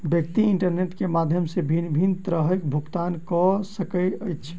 व्यक्ति इंटरनेट के माध्यम सॅ भिन्न भिन्न तरहेँ भुगतान कअ सकैत अछि